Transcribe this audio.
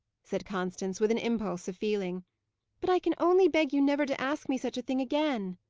said constance, with an impulse of feeling but i can only beg you never to ask me such a thing again.